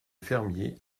fermier